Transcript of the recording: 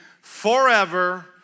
forever